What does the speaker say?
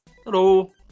Hello